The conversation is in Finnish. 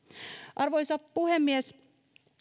arvoisa puhemies